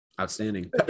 outstanding